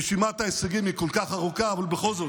רשימת ההישגים היא כל כך ארוכה, אבל בכל זאת,